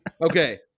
Okay